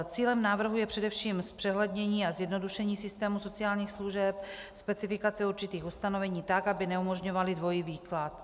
Cílem návrhu je především zpřehlednění a zjednodušení systému sociálních služeb, specifikace určitých ustanovení tak, aby neumožňovala dvojí výklad.